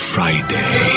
Friday